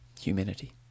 humanity